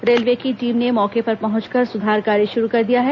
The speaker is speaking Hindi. रेलवे की टीम ने मौके पर पहुंचकर सुधार कार्य शुरू कर दिया है